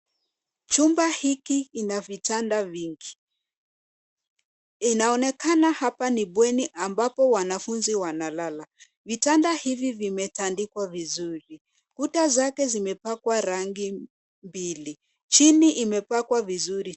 Chumba hiki ina vitanda vingi. Inaonekana hapa ni bweni ambapo wanafunzi wanalala. Vitanda hivi vimetandikwa vizuri. Kuta zake zimepakwa rangi mbili. Chini imepakwa vizuri..